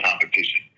competition